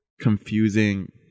confusing